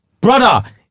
Brother